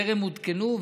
טרם הותקנו,